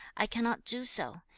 i cannot do so,